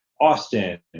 Austin